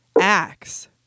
acts